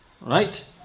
Right